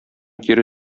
кире